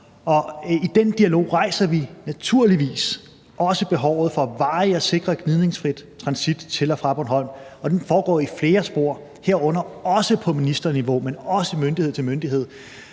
I den dialog rejser vi naturligvis også behovet for varigt at sikre en gnidningsfri transit til og fra Bornholm, og den foregår i flere spor, herunder også på ministerniveau, men også myndighed til myndighed.